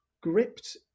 gripped